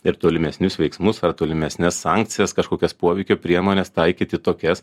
ir tolimesnius veiksmus ar tolimesnes sankcijas kažkokias poveikio priemones taikyti tokias